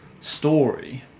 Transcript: story